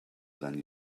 than